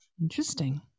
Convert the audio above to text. Interesting